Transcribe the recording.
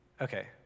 Okay